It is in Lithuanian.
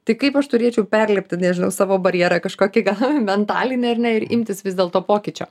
tai kaip aš turėčiau perlipti nežinau savo barjerą kažkokį gal mentalinį ar ne ir imtis vis dėlto pokyčio